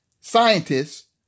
scientists